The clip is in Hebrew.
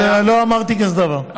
לא אמרתי כזה דבר.